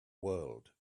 world